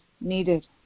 needed